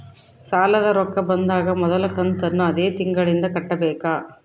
ಸಾಲದ ರೊಕ್ಕ ಬಂದಾಗ ಮೊದಲ ಕಂತನ್ನು ಅದೇ ತಿಂಗಳಿಂದ ಕಟ್ಟಬೇಕಾ?